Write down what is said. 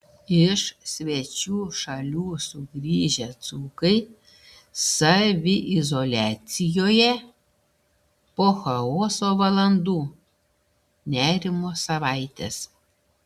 iš svečių šalių sugrįžę dzūkai saviizoliacijoje po chaoso valandų nerimo savaitės